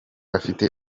afite